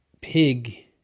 pig